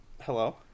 Hello